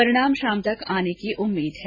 परिणाम शाम तक आने की उम्मीद है